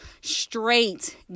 straight